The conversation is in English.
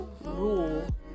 rule